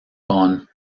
con